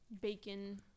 Bacon